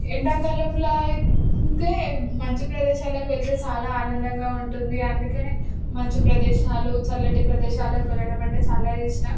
ఎండాకాలంలో అయితే మంచు ప్రదేశాలకు వెళ్తే చాలా ఆనందంగా ఉంటుంది అందుకని మంచు ప్రదేశాలు చల్లటి ప్రదేశాలకు వెళ్ళడం అంటే చాలా ఇష్టం